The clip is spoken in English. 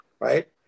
Right